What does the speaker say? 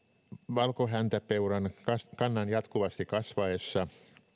valkohäntäpeuran kannan jatkuvasti kasvaessa aiheutuu yhä